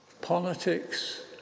Politics